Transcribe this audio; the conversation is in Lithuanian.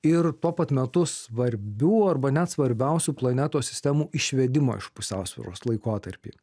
ir tuo pat metu svarbių arba net svarbiausių planetos sistemų išvedimo iš pusiausvyros laikotarpy